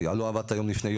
לא עבדת יום לפני,